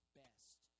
best